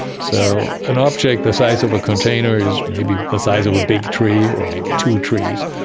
so an object the size of a container is maybe the size of a big tree or maybe two trees,